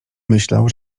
myślał